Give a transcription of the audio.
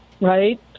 right